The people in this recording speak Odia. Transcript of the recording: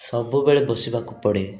ସବୁବେଳେ ବସିବାକୁ ପଡ଼େ